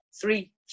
three